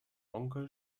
onkel